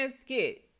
skit